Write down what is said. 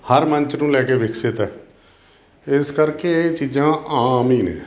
ਹਰ ਮੰਚ ਨੂੰ ਲੈ ਕੇ ਵਿਕਸਿਤ ਹੈ ਇਸ ਕਰਕੇ ਇਹ ਚੀਜ਼ਾਂ ਆਮ ਹੀ ਨੇ